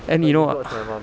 and you know uh